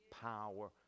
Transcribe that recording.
power